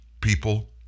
people